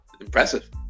impressive